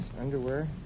underwear